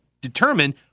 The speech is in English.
determine